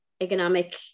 economic